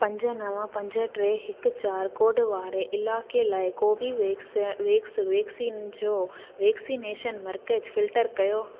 पंज नव पंज टे हिक चारि कोड वारे इलाइके़ लाइ कोर्बीवेक्स वैक्स वैक्सीन जो वैक्सनेशन मर्कज़ फिल्टर कयो